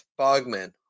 Bogman